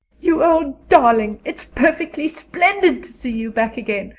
you old darling, it's perfectly splendid to see you back again.